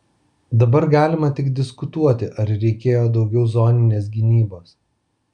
dabar galima tik diskutuoti ar reikėjo daugiau zoninės gynybos